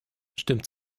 stimmt